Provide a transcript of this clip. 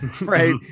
right